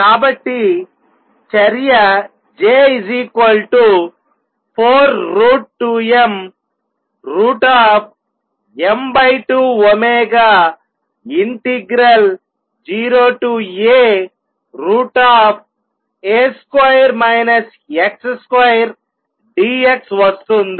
కాబట్టి చర్య J 42mm20A√dx వస్తుంది